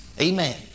Amen